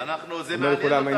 זה מעניין אותנו.